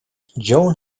joan